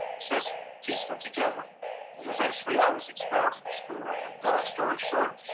just pieced them together and eventually i was expelled from school. um and long story short,